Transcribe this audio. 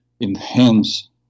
enhance